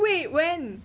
wait when